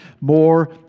more